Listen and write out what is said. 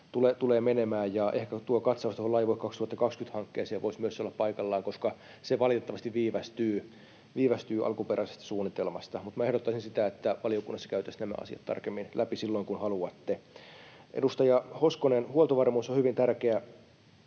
tulee menemään. Ehkä katsaus Laivue 2020 -hankkeeseen voisi myös olla paikallaan, koska se valitettavasti viivästyy alkuperäisestä suunnitelmasta. Mutta ehdottaisin sitä, että valiokunnassa käytäisiin nämä asiat tarkemmin läpi silloin, kun haluatte. Edustaja Hoskonen, huoltovarmuus on hyvin tärkeä